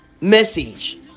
message